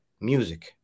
music